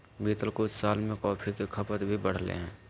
बीतल कुछ साल में कॉफ़ी के खपत भी बढ़लय हें